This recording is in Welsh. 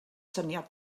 syniad